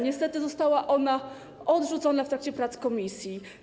Niestety, została ona odrzucona w trakcie prac komisji.